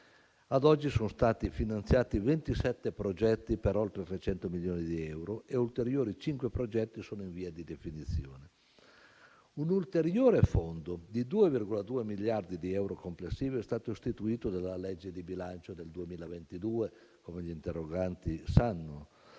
Ad oggi sono stati finanziati 27 progetti per oltre 300 milioni di euro e ulteriori cinque progetti sono in via di definizione. Un ulteriore fondo di 2,2 miliardi di euro complessivi è stato istituito dalla legge di bilancio del 2022, come gli interroganti sanno,